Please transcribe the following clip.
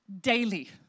daily